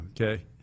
Okay